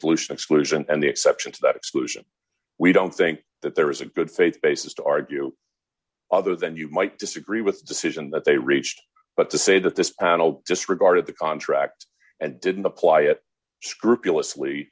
pollution exclusion and the exceptions that exclusion we don't think that there is a good faith basis to argue other than you might disagree with the decision that they reached but to say that this panel disregarded the contract and didn't apply it scrupulous